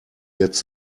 jetzt